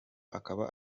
akaba